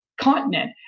continent